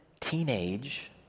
teenage